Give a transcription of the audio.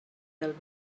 del